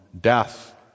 death